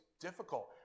difficult